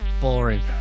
Boring